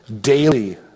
daily